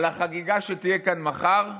על החגיגה שתהיה כאן מחר,